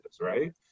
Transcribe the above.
right